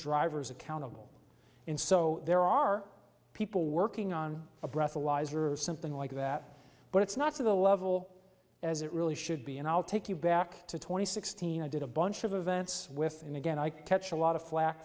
drivers accountable in so there are people working on a breathalyzer or something like that but it's not to the level as it really should be and i'll take you back to twenty sixteen i did a bunch of events with and again i catch a lot of flak